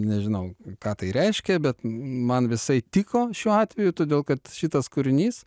nežinau ką tai reiškia bet man visai tiko šiuo atveju todėl kad šitas kūrinys